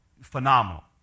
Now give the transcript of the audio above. phenomenal